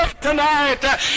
tonight